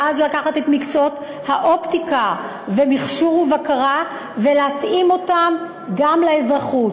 ואז לקחת את מקצועות האופטיקה ומכשור ובקרה ולהתאים אותם גם לאזרחות.